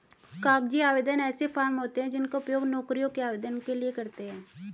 कागजी आवेदन ऐसे फॉर्म होते हैं जिनका उपयोग नौकरियों के आवेदन के लिए करते हैं